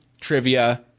Trivia